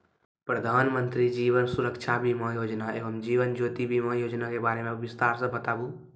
प्रधान मंत्री जीवन सुरक्षा बीमा योजना एवं जीवन ज्योति बीमा योजना के बारे मे बिसतार से बताबू?